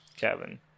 Kevin